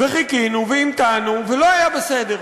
וחיכינו והמתנו, ולא היה בסדר.